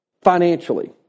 financially